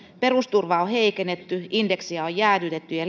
perusturvaa on heikennetty indeksiä on jäädytetty ja leikattu asumistukea ja